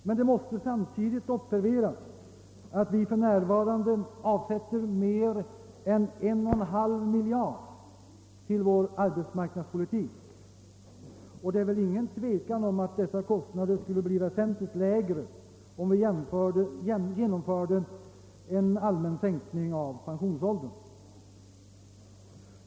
Men det måste samtidigt observeras att vi för närvarande avsätter mer än en halv miljard kronor till vår arbetsmarknadspolitik, och det råder väl ingen tvekan om att dessa kostnader skulle bli väsentligt lägre om vi genomförde en allmän sänkning av pensionsåldern.